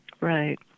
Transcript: Right